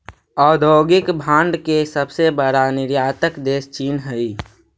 औद्योगिक भांड के सबसे बड़ा निर्यातक देश चीन हई